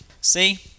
See